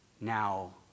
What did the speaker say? Now